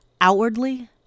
Outwardly